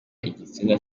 igitsina